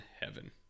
heaven